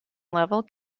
level